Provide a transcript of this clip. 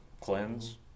cleanse